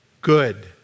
good